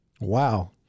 Wow